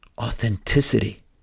authenticity